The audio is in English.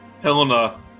Helena